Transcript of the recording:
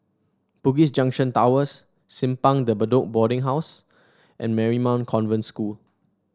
Bugis Junction Towers Simpang De Bedok Boarding House and Marymount Convent School